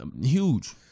huge